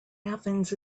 athens